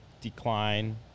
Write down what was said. decline